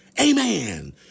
Amen